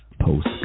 post